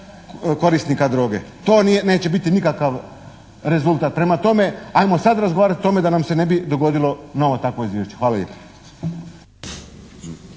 korisnika droge. To neće biti nikakav rezultat. Prema tome, ajmo sad razgovarati o tome da nam se ne bi dogodilo novo takvo izvješće. Hvala lijepa.